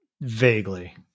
Vaguely